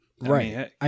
Right